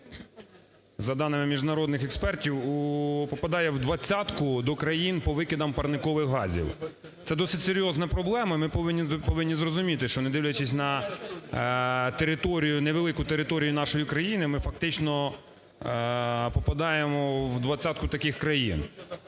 за даними міжнародних експертів, попадає в двадцятку до країн по викидам парникових газів. Це досить серйозна проблема. Ми повинні зрозуміти, що не дивлячись на територію, невелику територію нашої країни, ми фактично попадаємо у двадцятку таких країн.